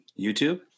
YouTube